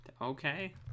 okay